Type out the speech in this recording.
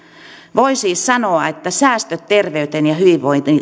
voi siis sanoa että säästöt terveyteen ja hyvinvointiin